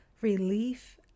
relief